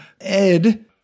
Ed